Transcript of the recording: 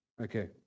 Okay